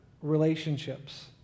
relationships